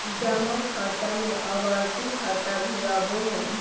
जमा खाता में आवर्ती खाता भी आबो हइ